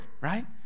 right